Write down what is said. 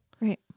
Right